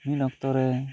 ᱢᱤᱫ ᱚᱠᱛᱚ ᱨᱮ